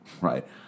right